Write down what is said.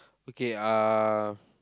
okay uh